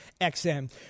XM